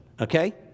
okay